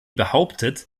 behauptet